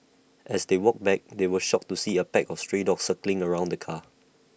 as they walked back they were shocked to see A pack of stray dogs circling around the car